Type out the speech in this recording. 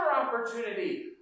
opportunity